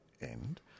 end